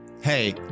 Hey